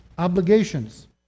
Obligations